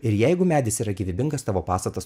ir jeigu medis yra gyvybingas tavo pastatas